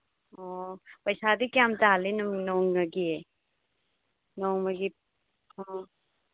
ꯑꯣ ꯄꯩꯁꯥꯗꯤ ꯀꯌꯥꯝ ꯇꯥꯜꯂꯦ ꯅꯣꯡꯃꯒꯤ ꯑꯣ